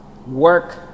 work